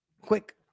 quick